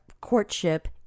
Courtship